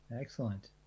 excellent